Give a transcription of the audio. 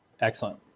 Excellent